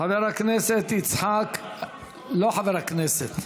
חבר הכנסת, לא חבר הכנסת,